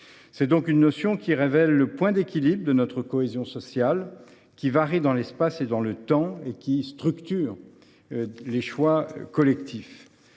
C’est donc une notion révélant le point d’équilibre de notre cohésion sociale, qui varie dans l’espace et dans le temps et structure les choix collectifs.